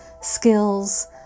skills